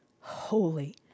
holy